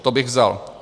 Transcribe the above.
To bych vzal.